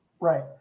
right